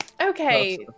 Okay